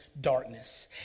darkness